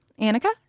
Annika